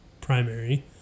primary